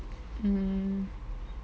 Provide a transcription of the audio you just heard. mm